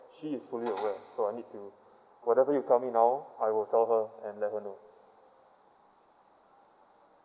she is fully aware so I need to whatever you tell me now I'll tell her and let her know